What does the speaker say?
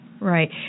Right